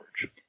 George